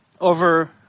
over